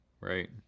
Right